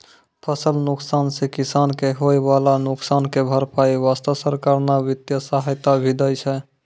फसल नुकसान सॅ किसान कॅ होय वाला नुकसान के भरपाई वास्तॅ सरकार न वित्तीय सहायता भी दै छै